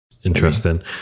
Interesting